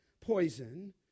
poison